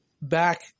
back